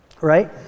Right